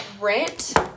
rent